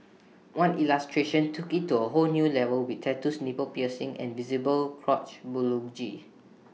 one illustration took IT to A whole new level with tattoos nipple piercings and visible crotch